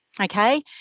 Okay